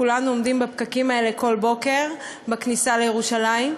כולנו עומדים בפקקים האלה כל בוקר בכניסה לירושלים.